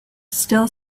still